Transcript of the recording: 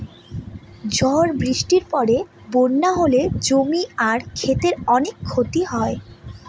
ঝড় বৃষ্টির পরে বন্যা হলে জমি আর ক্ষেতের অনেক ক্ষতি হয়